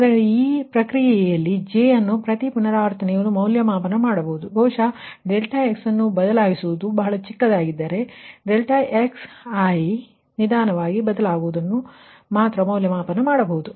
ಆದ್ದರಿಂದ ಈ ಪ್ರಕ್ರಿಯೆಯಲ್ಲಿ J ಅನ್ನು ಪ್ರತಿ ಪುನರಾವರ್ತನೆಯಲ್ಲೂ ಮೌಲ್ಯಮಾಪನ ಮಾಡಬಹುದು ಬಹುಶಃ ∆x ಅನ್ನು ಬದಲಾಯಿಸುವುದು ಬಹಳ ಚಿಕ್ಕದಾಗಿದ್ದರೆ ಡೆಲ್ ∆xi ನಿಧಾನವಾಗಿ ಬದಲಾಗುವುದನ್ನು ಮಾತ್ರ ಮೌಲ್ಯಮಾಪನ ಮಾಡಬಹುದು